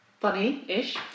funny-ish